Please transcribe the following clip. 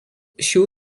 šių